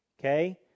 okay